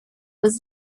was